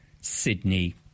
Sydney